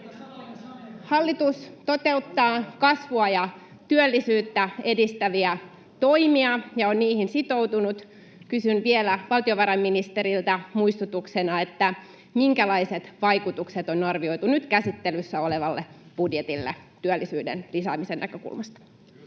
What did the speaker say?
Hallitus toteuttaa kasvua ja työllisyyttä edistäviä toimia ja on niihin sitoutunut. Kysyn vielä valtiovarainministeriltä muistutuksena: minkälaiset vaikutukset on arvioitu nyt käsittelyssä olevalle budjetille työllisyyden lisäämisen näkökulmasta?